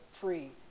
free